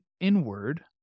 inward